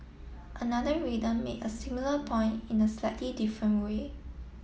another reader made a similar point in a slightly different way